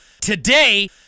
Today